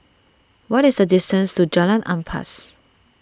what is the distance to Jalan Ampas